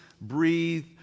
breathe